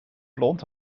blond